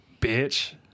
Bitch